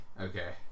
Okay